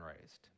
raised